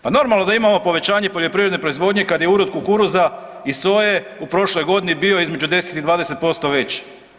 Pa normalno da imamo povećanje poljoprivredne proizvodnje kad je urod kukuruza iz soje u prošloj godini bio između 10 i 20% veći.